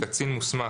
"קצין מוסמך"